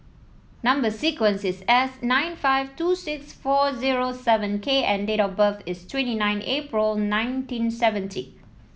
number sequence is S nine five two six four zero seven K and date of birth is twenty nine April nineteen seventy